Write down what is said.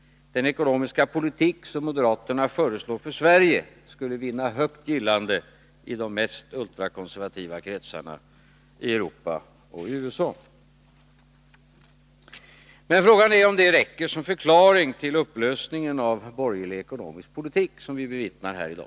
Den ekonomiska politik som moderaterna föreslår för Sverige skulle vinna högt gillande i de mest ultrakonservativa kretsarna i Europa och USA. Men frågan är om detta räcker såsom förklaring till den upplösning av borgerlig ekonomisk politik som vi bevittnar här i dag.